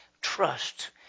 trust